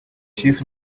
chief